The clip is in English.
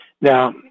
now